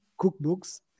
cookbooks